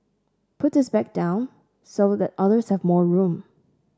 puts his bag down so that others have more room